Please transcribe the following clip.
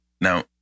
Now